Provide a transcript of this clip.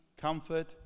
comfort